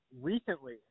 recently